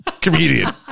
comedian